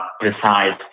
precise